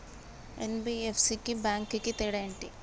NBFC కి bank కి తేడా ఏంటి?